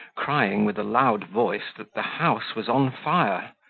crying with a loud voice that the house was on fire.